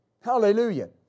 Hallelujah